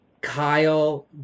Kyle